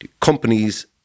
companies